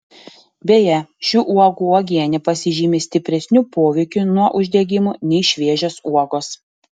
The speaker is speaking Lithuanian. beje šių uogų uogienė pasižymi stipresniu poveikiu nuo uždegimų nei šviežios uogos